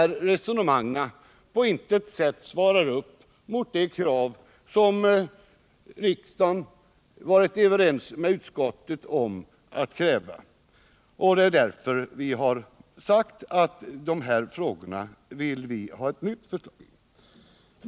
Resonemangen svarar på intet sätt mot de krav riksdagen varit överens med utskottet om att ställa. Det är därför vi vill ha ett nytt förslag rörande de här frågorna.